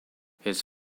his